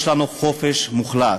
יש לנו חופש מוחלט.